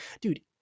dude